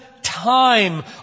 Time